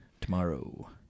tomorrow